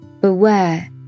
Beware